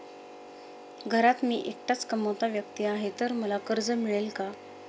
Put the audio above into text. घरात मी एकटाच कमावता व्यक्ती आहे तर मला कर्ज मिळेल का?